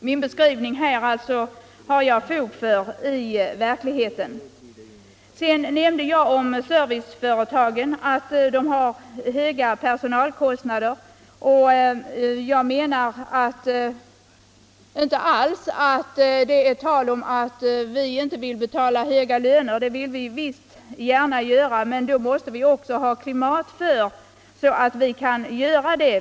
Min beskrivning har jag fog för i verkligheten. Sedan nämnde jag att scrv1cef"oretagen har höga personalkostnader. Jag menar inte alls att vi företagare inte vill betala höga löner. Det vill vi gärna göra, men då måste vi arbeta i ett sådant klimat att vi kan göra det.